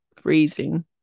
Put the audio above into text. Freezing